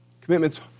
Commitment's